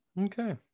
Okay